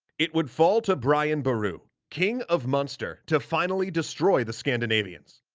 it would fall to brian boru, king of munster, to finally destroy the scandinavians.